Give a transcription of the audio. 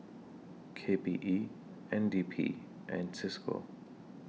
K P E N D P and CISCO